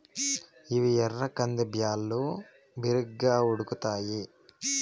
ఇవి ఎర్ర కంది బ్యాళ్ళు, బిరిగ్గా ఉడుకుతాయి